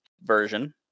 version